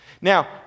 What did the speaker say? Now